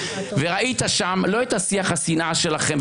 וראית שם לא את שיח השנאה שלכם,